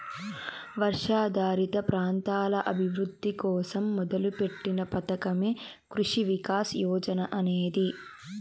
వర్షాధారిత ప్రాంతాల అభివృద్ధి కోసం మొదలుపెట్టిన పథకమే కృషి వికాస్ యోజన అనేది